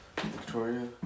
Victoria